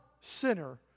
sinner